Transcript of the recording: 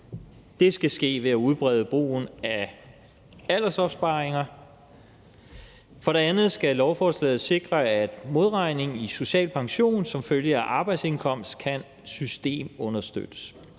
Det skal ske ved at udbrede brugen af aldersopsparinger. For det andet skal lovforslaget sikre, at modregning i social pension som følge af arbejdsindkomst kan systemunderstøttes.